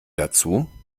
dazu